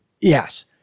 yes